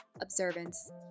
observance